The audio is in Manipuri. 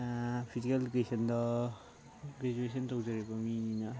ꯐꯤꯖꯤꯀꯦꯜ ꯏꯗꯨꯀꯦꯁꯟꯗꯣ ꯒ꯭ꯔꯦꯖ꯭ꯋꯦꯁꯟ ꯇꯧꯖꯔꯤꯕ ꯃꯤꯅꯤꯅ